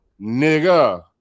nigga